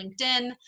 LinkedIn